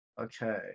Okay